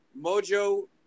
Mojo